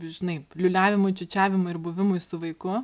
žinai liūliavimui čiūčiavimai ir buvimui su vaiku